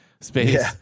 space